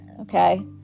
Okay